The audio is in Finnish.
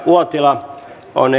uotila on